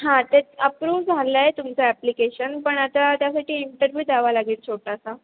हां ते अप्रूव झालं आहे तुमचं ॲप्लिकेशन पण आता त्यासाठी इंटरव्यू द्यावा लागेल छोटासा